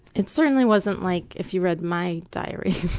it certainly wasn't like if you read my diary,